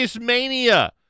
Mania